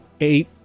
eight